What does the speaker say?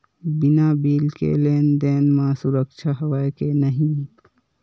बिना बिल के लेन देन म सुरक्षा हवय के नहीं?